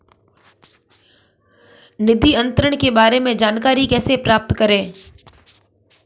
निधि अंतरण के बारे में जानकारी कैसे प्राप्त करें?